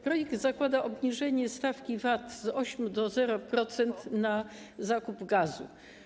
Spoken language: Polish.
Projekt zakłada obniżenie stawki VAT z 8% do 0% na zakup gazu.